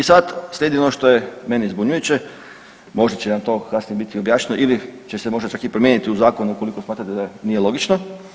I sad slijedi ono što je meni zbunjujuće, možda će nam to kasnije biti objašnjeno ili će se možda čak i promijeniti u zakonu ukoliko smatrate da nije logično.